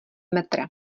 metra